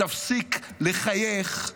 תפסיק לחייך.